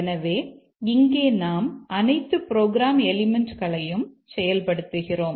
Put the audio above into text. எனவே இங்கே நாம் அனைத்து ப்ரோக்ராம் எலிமெண்ட்களையும் செயல்படுத்துகிறோம்